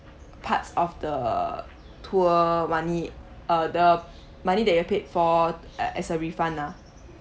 parts of the tour money uh the money that you have paid for uh as a refund lah